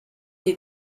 die